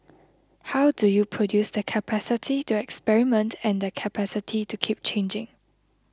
how do you produce the capacity to experiment and the capacity to keep changing